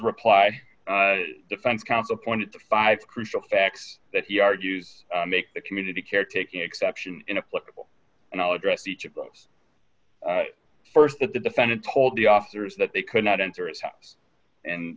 reply defense counsel pointed to five crucial facts that he argues make the community care taking exception in a political and i'll address each of those first with the defendant told the officers that they could not enter his house and